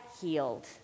healed